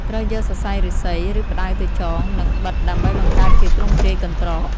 ត្រូវយកសរសៃឫស្សី ឬផ្តៅទៅចង និងបិតដើម្បីបង្កើតជាទ្រង់ទ្រាយកន្ត្រក។